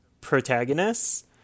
protagonists